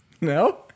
No